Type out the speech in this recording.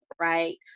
right